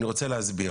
אני רוצה להסביר